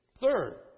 Third